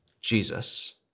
Jesus